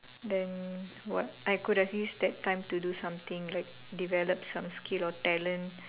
then what I could have used that time to do something like develop some skill or talent